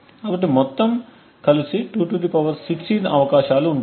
కాబట్టి మొత్తం కలిసి 216 అవకాశాలు ఉంటాయి